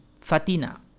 Fatina